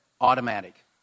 automatic